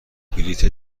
بلیت